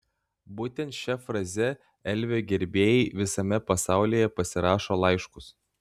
būtent šia fraze elvio gerbėjai visame pasaulyje pasirašo laiškus